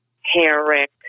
Herrick